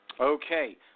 Okay